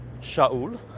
Shaul